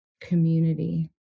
community